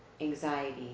anxiety